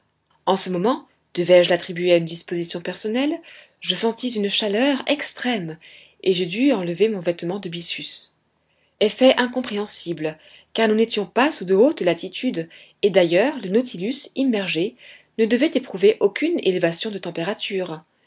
en ce moment devais-je l'attribuer à une disposition personnelle je sentis une chaleur extrême et je dus enlever mon vêtement de byssus effet incompréhensible car nous n'étions pas sous de hautes latitudes et d'ailleurs le nautilus immergé ne devait éprouver aucune élévation de température